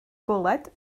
bwled